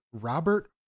Robert